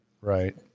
Right